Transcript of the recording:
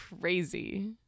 crazy